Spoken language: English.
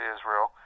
Israel